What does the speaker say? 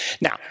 Now